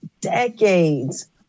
decades